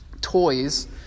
toys